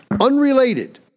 unrelated